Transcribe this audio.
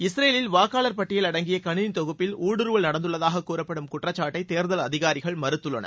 இஸ்ரேலில் வாக்காளர் பட்டியல் அடங்கிய கணினி தொகுப்பில் ஊடுருவல் நடந்துள்ளதாக கூறப்படும் குற்றச்சாட்டை தேர்தல் அதிகாரிகள் மறுத்துள்ளனர்